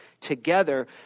together